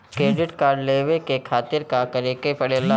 Credit card लेवे के खातिर का करेके पड़ेला?